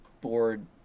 board